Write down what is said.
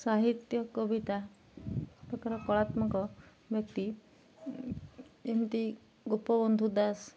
ସାହିତ୍ୟ କବିତା ପ୍ରକାର କଳାତ୍ମକ ବ୍ୟକ୍ତି ଏମିତି ଗୋପବନ୍ଧୁ ଦାସ